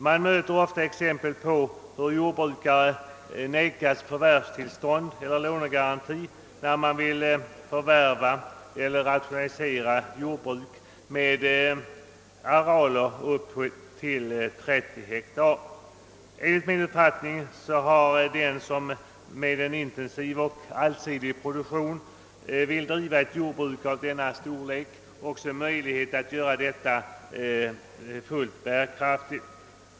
Man ser ofta exempel på att jordbrukare vägrats förvärvstillstånd eller lånegaranti när de vill förvärva eller rationalisera jordbruk med arealer upp till 30 hektar. Enligt min uppfattning har den som vill driva en intensiv och allsidig produktion på ett jordbruk av denna storlek möjlighet att göra detta fullt bärkraftigt.